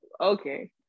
Okay